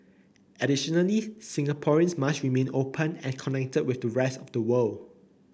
additionally Singaporeans must remain open and connected with the rest of the world